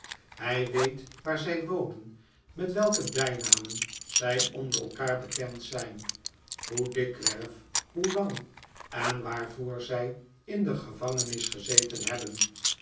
hij weet waar zij wonen met welke bijnamen zij onder elkaar bekend zijn hoe dikwerf hoe lang en waarvoor zij in de gevangenis gezeten hebben